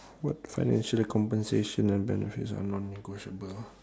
what financial compensation and benefits are non negotiable ah